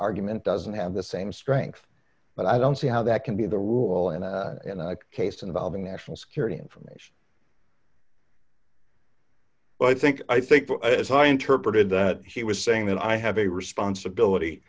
argument doesn't have the same strength but i don't see how that can be the rule in a case involving national security information but i think i think as i interpreted that he was saying that i have a responsibility